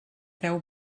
deu